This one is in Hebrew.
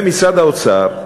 משרד האוצר,